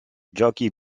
jockey